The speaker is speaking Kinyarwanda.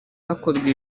hakorwa